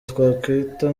twakwita